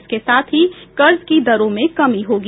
इसके साथ ही कर्ज की दरों में कमी होगी